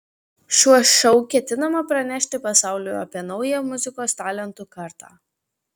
šiuo šou ketinama pranešti pasauliui apie naują muzikos talentų kartą